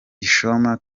gishoma